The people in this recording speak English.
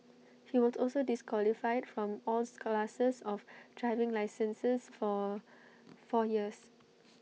he was also disqualified from alls classes of driving licenses for four years